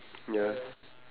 ya